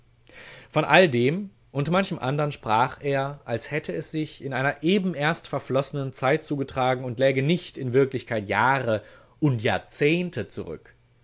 von all dem und manchem andern sprach er als hätte es sich in einer eben erst verflossenen zeit zugetragen und läge nicht in wirklichkeit jahre und jahrzehnte zurück